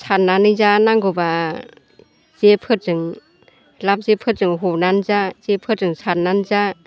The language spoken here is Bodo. सारनानै जा नांगौब्ला जे फोरजों लाब जे हनानै जा जेफोरजों हनानै जा